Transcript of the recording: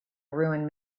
ruin